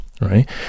right